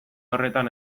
horretan